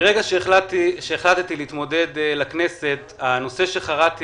מרגע שהחלטתי להתמודד לכנסת הנושא שחרטתי